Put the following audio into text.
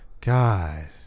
God